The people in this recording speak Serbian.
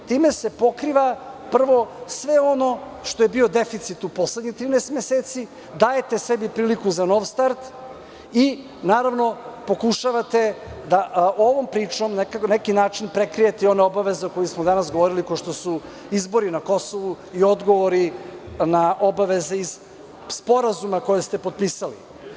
Time se pokriva, prvo sve ono što je bio deficit u poslednjih 13 meseci, dajete sebi priliku za nov start i naravno pokušavate da ovom pričom na neki način prekrijete i one obaveze o kojima smo danas govorili, kao što su izbori na Kosovu i odgovori na obaveze iz sporazuma koje ste potpisali.